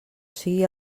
sigui